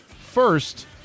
First